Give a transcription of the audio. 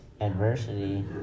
adversity